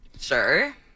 Sure